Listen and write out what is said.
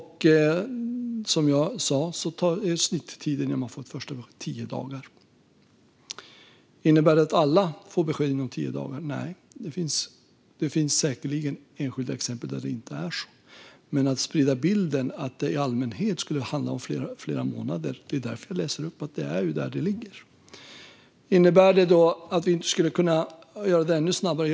Som jag sa är snittiden för ett första besked tio dagar. Innebär det att alla får besked inom tio dagar? Nej, det finns säkerligen enskilda exempel där det inte är så. Men att måla upp en bild av att det i allmänhet skulle handla om flera månader är fel, och det är därför jag säger att det är där snittet ligger. Skulle vi kunna göra gången ännu snabbare?